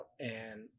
and-